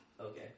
okay